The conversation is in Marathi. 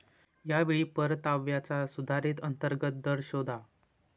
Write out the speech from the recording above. या वेळी परताव्याचा सुधारित अंतर्गत दर शोधा